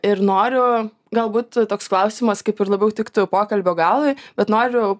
ir noriu galbūt toks klausimas kaip ir labiau tiktų pokalbio galui bet noriu